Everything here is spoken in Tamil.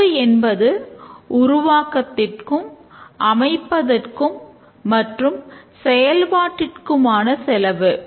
செலவு என்பது உருவாக்கத்திற்கும் அமைப்பதற்கும் மற்றும் செயல்பாட்டிற்குமான செலவு